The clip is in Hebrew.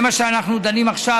זה מה שאנחנו דנים בו עכשיו,